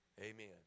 Amen